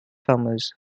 farmers